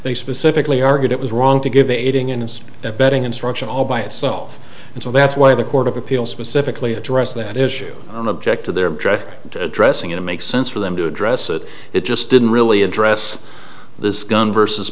they specifically argued it was wrong to give aiding and abetting instruction all by itself and so that's why the court of appeals specifically addressed that issue on object to their addressing it makes sense for them to address it it just didn't really address this gun versus